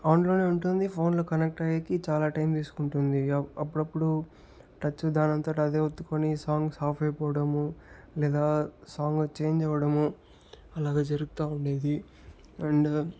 on లోనే ఉంటుంది ఫోన్లు కనెక్ట్ అయ్యేకి చాలా టైం తీసుకుంటుంది అ అప్పుడప్పుడు టచ్చు దానంతట అదే ఒత్తుకొని సాంగ్స్ ఆఫ్ అయిపోవడము లేదా సాంగ్ చేంజ్ అవ్వడము అలాగ జరుగుతూ ఉండేది అండ్